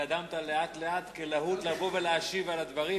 והתקדמת לאט-לאט כלהוט להשיב על הדברים,